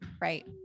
right